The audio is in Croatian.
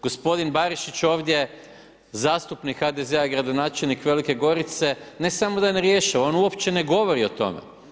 Gospodin Barišić ovdje zastupnik HDZ-a i gradonačelnik Velike Gorice, ne samo da ne rješava on uopće ne govori o tome.